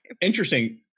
Interesting